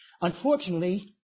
Unfortunately